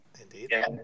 Indeed